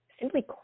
simply